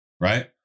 right